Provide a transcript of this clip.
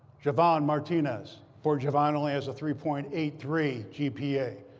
javaughn martinez. poor javaughn only has a three point eight three gpa,